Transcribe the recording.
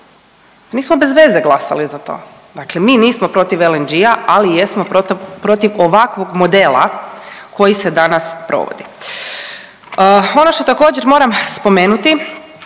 Nismo bez veze glasali za to, dakle mi nismo protiv LNG-a, ali jesmo protiv ovakvog modela koji se danas provodi. Ono što također moram spomenuti